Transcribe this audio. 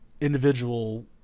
individual